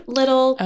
little